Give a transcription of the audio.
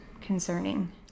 concerning